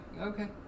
okay